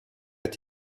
est